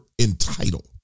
entitled